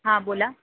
हां बोला